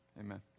amen